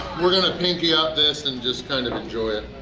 we're gonna pinky up this and just kind of enjoy it.